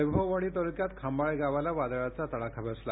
वैभववाडी तालुक्यात खांबाळे गावाला वादळाचा तडाखा बसला